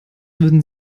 würden